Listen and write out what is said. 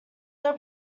this